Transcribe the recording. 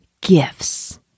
gifts